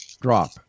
Drop